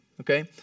Okay